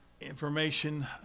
information